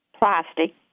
plastic